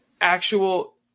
actual